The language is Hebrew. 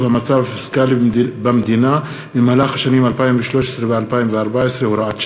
המצב הפיסקלי במדינה במהלך השנים 2013 ו-2014 (הוראת שעה),